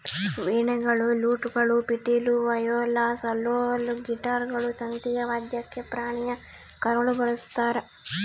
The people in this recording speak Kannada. ವೀಣೆಗಳು ಲೂಟ್ಗಳು ಪಿಟೀಲು ವಯೋಲಾ ಸೆಲ್ಲೋಲ್ ಗಿಟಾರ್ಗಳು ತಂತಿಯ ವಾದ್ಯಕ್ಕೆ ಪ್ರಾಣಿಯ ಕರಳು ಬಳಸ್ತಾರ